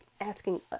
asking